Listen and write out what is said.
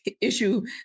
issue